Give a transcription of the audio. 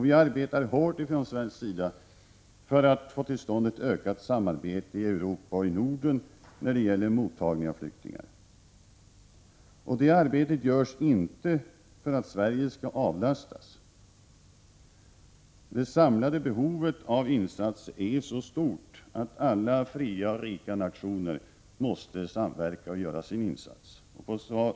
Vi arbetar hårt från svensk sida för att få till stånd ett ökat samarbete i Europa och i Norden när det gäller mottagningen av flyktingar. Det arbetet bedrivs inte för att Sverige skall avlastas. Det samlade behovet är så stort att alla fria och rika nationer måste samverka och göra sin insats.